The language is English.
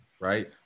right